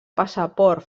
passaport